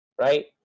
Right